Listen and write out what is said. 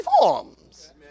forms